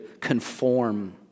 conform